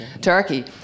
Turkey